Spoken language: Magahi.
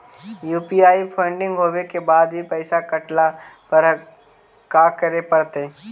यु.पी.आई पेंडिंग होवे के बाद भी पैसा कटला पर का करे पड़तई?